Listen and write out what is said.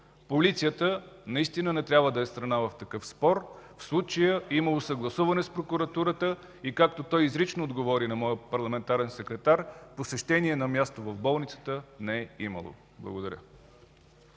Полицията наистина не трябва да е страна в такъв спор. В случая е имало съгласуване с прокуратурата. И както той изрично отговори на моя парламентарен секретар – посещение на място в болницата не е имало. Благодаря.